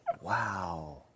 Wow